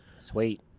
Sweet